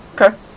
okay